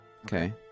Okay